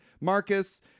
Marcus